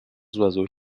oiseaux